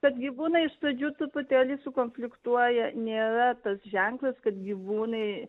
kad gyvūnai iš pradžių truputėlį sukonfliktuoja nėra tas ženklas kad gyvūnai